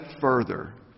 further